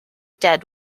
dead